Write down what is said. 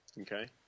Okay